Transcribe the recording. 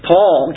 Paul